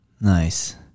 Nice